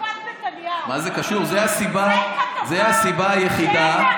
בכלים רבים,